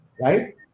right